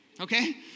okay